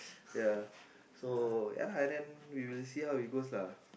yeah so yeah and then we'll see how it goes lah